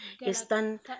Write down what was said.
están